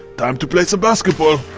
time to play some basketball!